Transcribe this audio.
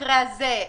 במקרה הזה,